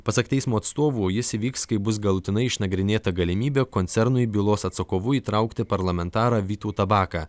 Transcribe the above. pasak teismo atstovų jis įvyks kai bus galutinai išnagrinėta galimybė koncernui bylos atsakovu įtraukti parlamentarą vytautą baką